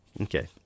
Okay